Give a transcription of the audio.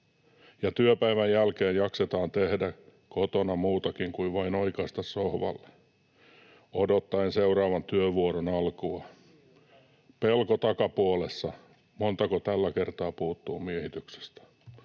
työpäivän jälkeen jaksetaan tehdä kotona muutakin kuin vain oikaista sohvalle odottaen seuraavan työvuoron alkua pelko takapuolessa, montako tällä kertaa puuttuu miehityksestä.